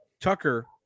Tucker